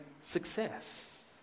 success